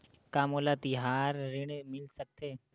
का मोला तिहार ऋण मिल सकथे?